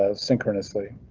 ah synchronously.